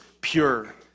pure